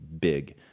big